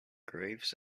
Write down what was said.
graves